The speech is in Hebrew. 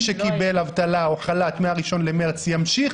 שקיבל אבטלה או חל"ת מה-1 במרס ימשיך,